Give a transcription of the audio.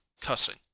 cussing